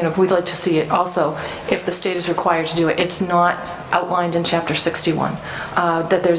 if we'd like to see it also if the state is required to do it it's not outlined in chapter sixty one that there